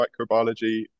microbiology